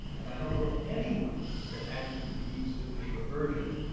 i don't know of anyone that actually reads the paper version.